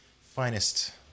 finest